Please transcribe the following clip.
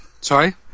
Sorry